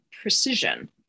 precision